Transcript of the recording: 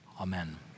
amen